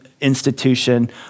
institution